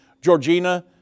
Georgina